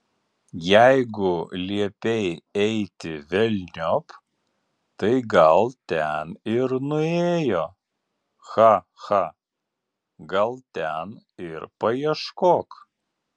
jeigu liepei eiti velniop tai gal ten ir nuėjo cha cha gal ten ir paieškok